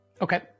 Okay